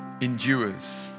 endures